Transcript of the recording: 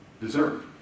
deserve